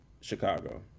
Chicago